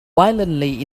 violently